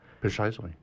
Precisely